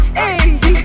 hey